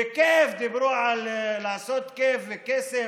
וכיף, דיברו על לעשות כיף וכסף.